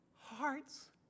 hearts